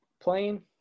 playing